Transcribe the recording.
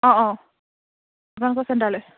অঁ অঁ আপোনালোকৰ চেণ্টাৰলৈ